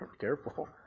careful